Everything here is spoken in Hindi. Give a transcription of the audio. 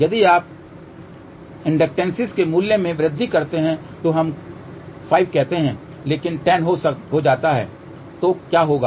यदि आप इंडटैंसेस के मूल्य में वृद्धि करते हैं तो हम 5 कहते हैं लेकिन 10 हो जाता है तो क्या होगा